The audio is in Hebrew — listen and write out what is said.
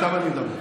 עכשיו אני מדבר.